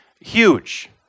Huge